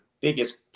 biggest